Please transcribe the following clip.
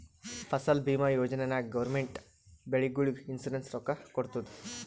ಫಸಲ್ ಭೀಮಾ ಯೋಜನಾ ನಾಗ್ ಗೌರ್ಮೆಂಟ್ ಬೆಳಿಗೊಳಿಗ್ ಇನ್ಸೂರೆನ್ಸ್ ರೊಕ್ಕಾ ಕೊಡ್ತುದ್